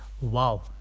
Wow